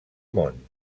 món